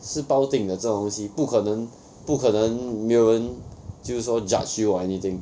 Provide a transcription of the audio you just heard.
是包定的这种东西不可能不可能没有人就是说 judge you or anything